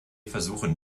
versuchen